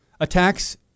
attacks